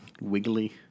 wiggly